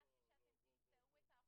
שלו,